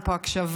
אין פה הקשבה,